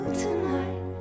tonight